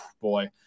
boy